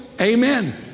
amen